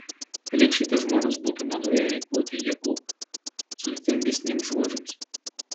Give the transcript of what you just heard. lyg šitie žmonės būtų nenorėję eikvoti jėgų sudėtingesniems žodžiams